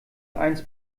eins